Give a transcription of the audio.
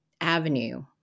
avenue